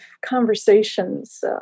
conversations